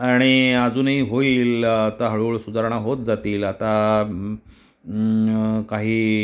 आणि अजूनही होईल आता हळूहळू सुधारणा होत जातील आता काही